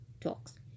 talks